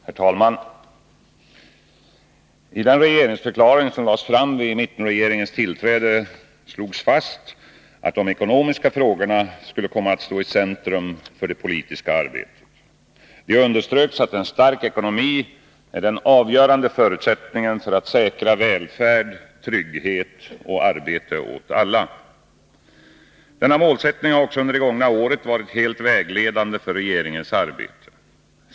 Herr talman! I den regeringsförklaring som lades fram vid mittenregeringens tillträde slogs fast att de ekonomiska frågorna skulle komma att stå i centrum för det politiska arbetet. Det underströks att en stark ekonomi är den avgörande förutsättningen för att säkra välfärd, trygghet och arbete åt alla. Denna målsättning har också under det gångna året varit helt vägledande för regeringens arbete.